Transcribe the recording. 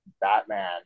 Batman